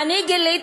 למה?